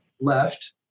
left